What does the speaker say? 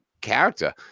character